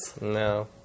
No